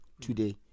Today